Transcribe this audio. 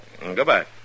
Goodbye